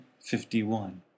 51